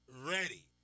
ready